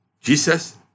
Jesus